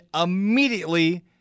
immediately